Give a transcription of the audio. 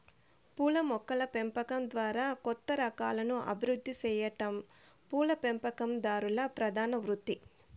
పూల మొక్కల పెంపకం ద్వారా కొత్త రకాలను అభివృద్ది సెయ్యటం పూల పెంపకందారుల ప్రధాన వృత్తి